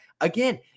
Again